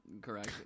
correct